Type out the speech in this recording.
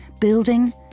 Building